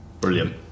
Brilliant